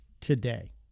today